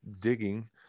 digging